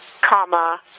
comma